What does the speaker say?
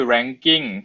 Ranking